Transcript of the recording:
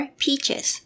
peaches